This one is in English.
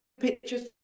pictures